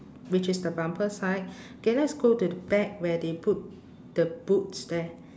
which is the bumper side okay let's go to the back where they put the boots there